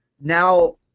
now